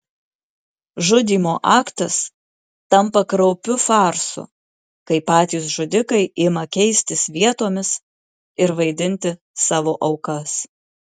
žudymo aktas tampa kraupiu farsu kai patys žudikai ima keistis vietomis ir vaidinti savo aukas